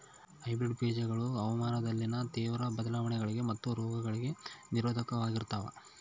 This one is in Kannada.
ಹೈಬ್ರಿಡ್ ಬೇಜಗಳು ಹವಾಮಾನದಲ್ಲಿನ ತೇವ್ರ ಬದಲಾವಣೆಗಳಿಗೆ ಮತ್ತು ರೋಗಗಳಿಗೆ ನಿರೋಧಕವಾಗಿರ್ತವ